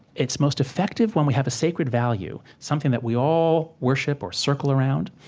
it's most effective when we have a sacred value, something that we all worship or circle around.